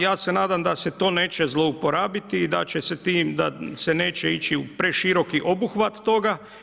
Ja se nadam da se to neće zlouporabiti i da će se tim, da se neće ići u preširoki obuhvat toga.